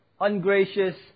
ungracious